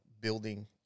building